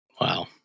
Wow